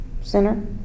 Center